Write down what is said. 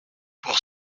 pour